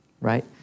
right